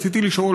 רציתי לשאול,